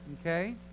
Okay